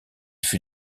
fut